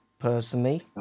personally